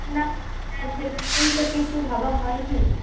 না স্যার সেরকম তো কিছু ভাবা হয়নি